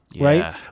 right